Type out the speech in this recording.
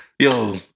Yo